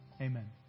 Amen